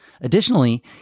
Additionally